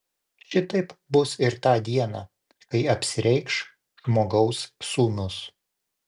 šitaip bus ir tą dieną kai apsireikš žmogaus sūnus